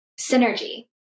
Synergy